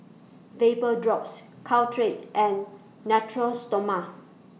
Vapodrops Caltrate and Natura Stoma